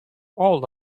old